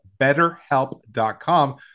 BetterHelp.com